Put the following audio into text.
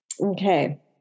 Okay